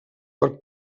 per